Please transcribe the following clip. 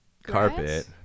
Carpet